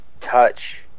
touch